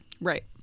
Right